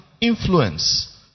influence